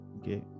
okay